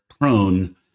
prone